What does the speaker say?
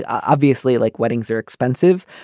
obviously, like, weddings are expensive,